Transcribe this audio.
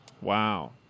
Wow